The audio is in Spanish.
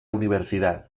universidad